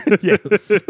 Yes